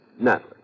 Natalie